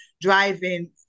driving